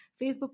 Facebook